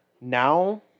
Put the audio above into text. now